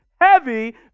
heavy